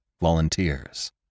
volunteers